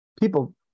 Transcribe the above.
people